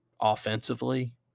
offensively